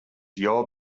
your